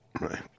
Right